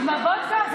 עם הבוסר?